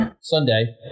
Sunday